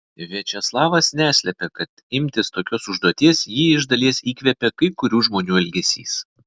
viačeslavas neslepia kad imtis tokios užduoties jį iš dalies įkvėpė kai kurių žmonių elgesys